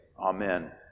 Amen